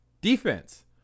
Defense